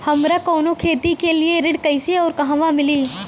हमरा कवनो खेती के लिये ऋण कइसे अउर कहवा मिली?